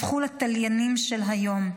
הפכו לתליינים של היום.